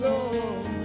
Lord